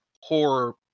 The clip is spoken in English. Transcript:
horror –